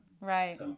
Right